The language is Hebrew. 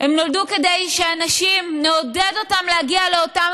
הם נולדו כדי שנעודד את האנשים להגיע לאותם